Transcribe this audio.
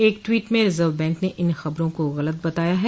एक ट्वीट में reserve bank ने इन खबरों को गलत बताया है